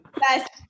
best